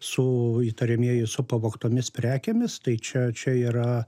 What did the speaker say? su įtariamieji su pavogtomis prekėmis tai čia čia yra